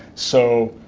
so,